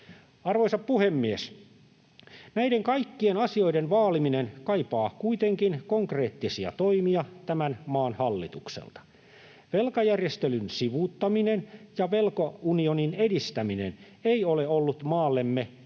Arvoisa puhemies! Näiden kaikkien asioiden vaaliminen kaipaa kuitenkin konkreettisia toimia tämän maan hallitukselta. Velkajärjestelyn sivuuttaminen ja velkaunionin edistäminen eivät ole olleet maallemme tai